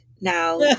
now